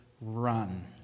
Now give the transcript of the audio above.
run